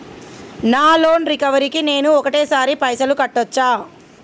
నా loan recovery కి నేను ఒకటేసరి పైసల్ కట్టొచ్చా?